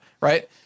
right